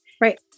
Right